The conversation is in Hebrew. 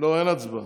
לא, אין הצבעה.